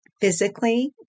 physically